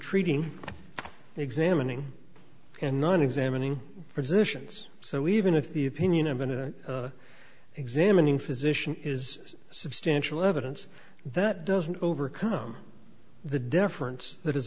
treating examining and non examining physicians so even if the opinion of a examining physician is substantial evidence that doesn't overcome the deference that is